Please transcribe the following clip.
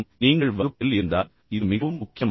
நீங்கள் வகுப்பில் இருந்தால் இது மிகவும் முக்கியமானது